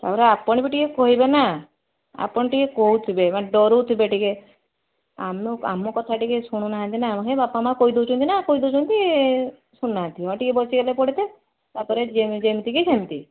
ତା'ପରେ ଆପଣବି ଟିକିଏ କହିବେନା ଆପଣ ଟିକିଏ କହୁଥିବେ ମାନେ ଡ଼ରଉଥିବେ ଟିକିଏ ଆମ ଆମ କଥା ଟିକିଏ ଶୁଣୁ ନାହାଁନ୍ତିନା ହେ ବାପା ମାଆ କହି ଦଉଚନ୍ତିନା କହିଦେଉଛନ୍ତି ଶୁଣୁ ନାହାଁନ୍ତି ମ ହଁ ଟିକିଏ ବସିଗଲେ ପଢ଼ିତେ ତା'ପରେ ଯେମିତି କି ସେମିତି